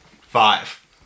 Five